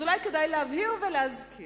אז אולי כדאי להבהיר ולהזכיר